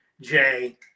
Jay